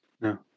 no